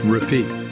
Repeat